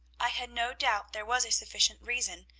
i had no doubt there was a sufficient reason,